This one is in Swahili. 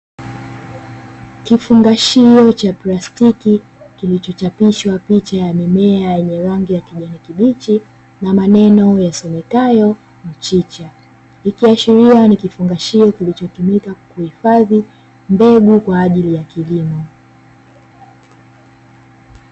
Kifungashio cha plastiki kilichochapishwa picha ya mimea yenye rangi ya kijani kibichi na maneno yasomekayo mchicha. Ikiashiria nikifungashio kilichotumika kuhifadhi mbegu kwa ajili ya kilimo.